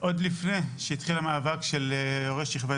עוד לפני שהתחיל המאבק של הורי שכבת